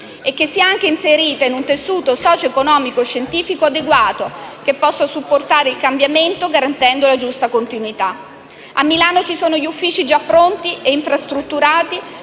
e che sia anche inserita in un tessuto socioeconomico e scientifico adeguato, che possa supportare il cambiamento, garantendo la giusta continuità. A Milano ci sono gli uffici già pronti e infrastrutturati